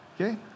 Okay